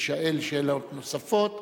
יישאל שאלות נוספות,